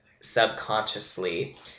subconsciously